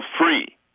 free